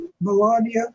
Melania